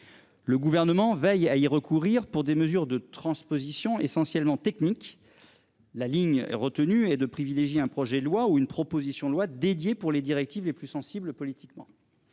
Le gouvernement veille à y recourir pour des mesures de transposition essentiellement technique. La ligne retenue et de privilégier un projet de loi ou une proposition de loi dédié pour les directives les plus sensibles politiquement.